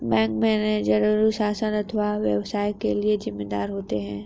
bank manager अनुशासन अथवा व्यवसाय के लिए जिम्मेदार होता है